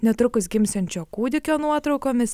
netrukus gimsiančio kūdikio nuotraukomis